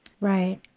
Right